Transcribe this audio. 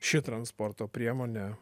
ši transporto priemonė